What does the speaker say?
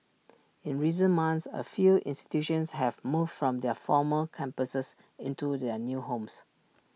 in recent months A few institutions have moved from their former campuses into their new homes